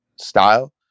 style